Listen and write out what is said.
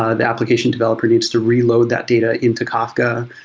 ah the application developer needs to reload that data into kafka,